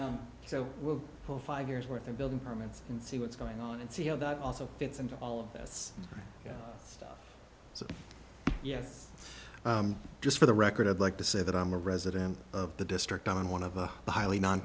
for five years worth of building permits and see what's going on and see how that also fits into all of this stuff so yes just for the record i'd like to say that i'm a resident of the district on one of the highly non